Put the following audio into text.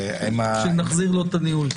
שנחזיר לו את הניהול.